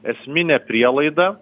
esminė prielaida